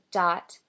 dot